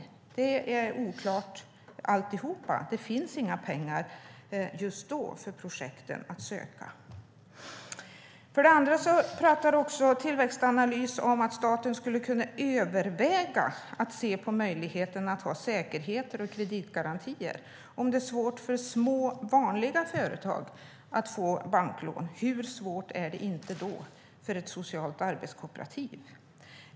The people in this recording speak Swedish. Allt är oklart. Det finns inga pengar för projekten att söka just då. För det andra skriver Tillväxtanalys att staten skulle kunna överväga möjligheten att ha säkerheter och kreditgarantier. Om det är svårt för vanliga småföretag att få banklån, hur svårt är det då inte för ett socialt arbetskooperativ?